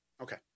Okay